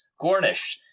Gornish